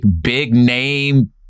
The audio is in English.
big-name